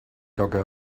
dogge